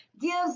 gives